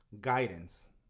guidance